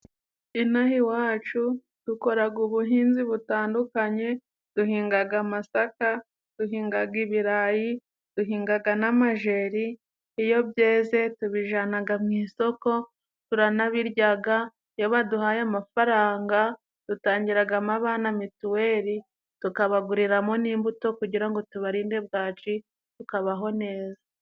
Inaha iwacu dukoraga ubuhinzi butandukanye, duhingaga amasaka, duhingaga ibirayi, duhingaga n'amajeri. Iyo byeze tubijanaga mu isoko, turanabiryaga. Iyo baduhaye amafaranga dutangiragamo abana mituweli, tukabaguriramo n'imbuto kugira ngo tubarinde bwaci, tukabaho neza.